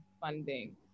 funding